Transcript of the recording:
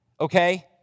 okay